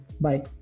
Bye